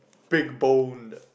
big bone